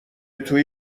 توی